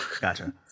gotcha